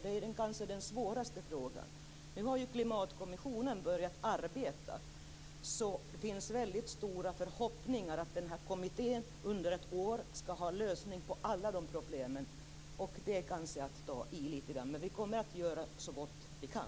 Det är kanske den svåraste frågan. Nu har ju klimatkommissionen börjat arbeta. Det finns stora förhoppningar om att kommittén inom ett år skall ha lösningar på alla problem. Det är kanske att ta i lite grann. Men vi kommer att göra så gott vi kan.